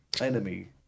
enemy